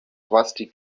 rusty